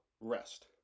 rest